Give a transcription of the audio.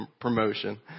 promotion